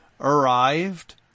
arrived